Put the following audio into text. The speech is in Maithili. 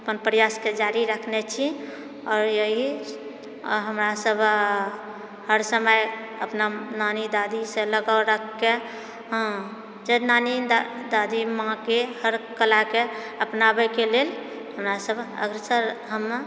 अपन प्रयास कऽ जारी राखने छी आओर इएह हमरा सभ हर समय अपना नानी दादी से लगाव राखिके हँ फेर नानी दादी माँके हर कलाके अपनाबैके लेल हमरा सभ अग्रसर हम